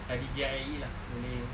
ada dibiayai lah oleh